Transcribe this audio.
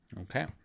Okay